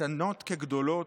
קטנות כגדולות.